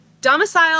Domicile